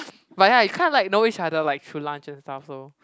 but you kinda like know each other like through lunch and stuff so